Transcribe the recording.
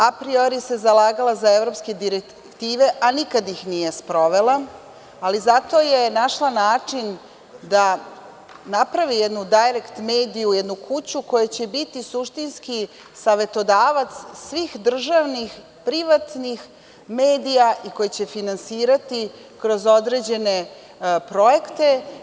Apriori se zalagala za evropske direktive, ali nikada ih nije sprovela, zato je našla način da napravi jednu „dajrekt mediju“, jednu kuću koja će biti suštinski savetodavac svih državnih, privatnih medija, koja će finansirati kroz određene projekte.